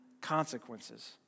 consequences